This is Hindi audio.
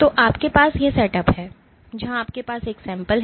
तो आपके पास यह सेट अप है जहां आपके पास एक sample है